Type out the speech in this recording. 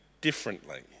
differently